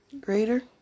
Greater